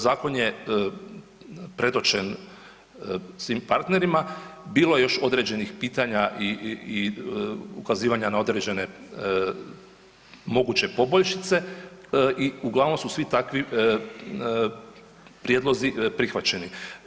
Zakon je predočen svim partnerima, bilo je još određenih pitanja i ukazivanja na određene moguće poboljšice i uglavnom su svi takvi prijedlozi prihvaćeni.